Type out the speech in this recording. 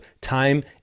time